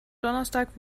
donnerstag